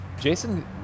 Jason